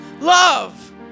love